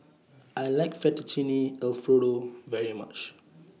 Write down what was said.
I like Fettuccine Alfredo very much